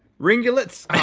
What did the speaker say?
ringulets?